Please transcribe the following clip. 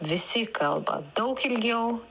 visi kalba daug ilgiau